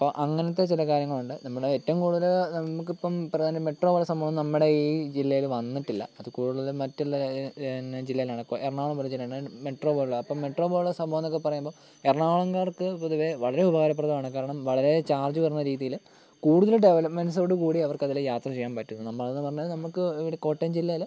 അപ്പോൾ അങ്ങനത്തെ ചില കാര്യങ്ങളുണ്ട് നമ്മുടെ ഏറ്റോം കൂടുതൽ നമുക്കിപ്പം പ്രധാനം മെട്രോ പോലുള്ള സംഭവം നമ്മുടെ ഈ ജില്ലയിൽ വന്നിട്ടില്ല അത് കൂടുതലും മറ്റുള്ള പിന്നെ ജില്ലയിലാണ് ഇപ്പം എറണാകുളം പോലുള്ള ജില്ലയിയിലാണ് മെട്രോ പോലുള്ള അപ്പോൾ മെട്രോ പോലുള്ള സംഭവന്നൊക്കെ പറയുമ്പോൾ എറണാകുളംകാർക്ക് പൊതുവേ വളരെ ഉപകാരപ്രദമാണ് കാരണം വളരെ ചാർജ് കുറഞ്ഞ രീതിയിൽ കൂടുതൽ ഡെവലപ്മെൻറ്റ്സോട് കൂടി അവർക്ക് അതിൽ യാത്ര ചെയ്യാൻ പറ്റുന്നു നമ്മൾ എന്ന് പറഞ്ഞാൽ നമുക്ക് ഇവിടെ കോട്ടയം ജില്ലയിൽ